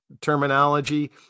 terminology